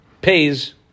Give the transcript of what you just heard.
pays